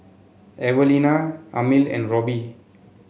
Evelina Amil and Roby